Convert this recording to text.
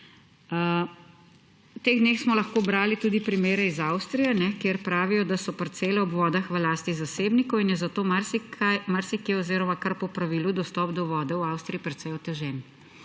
V teh dneh smo lahko brali tudi primere iz Avstrije, kjer pravijo, da so parcele ob vodah v lasti zasebnikov in je zato marsikje oziroma kar po pravilu dostop do vode v Avstriji precej otežen.